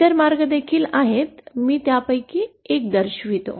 इतर मार्ग देखील आहेत मी त्यापैकी एक दर्शवितो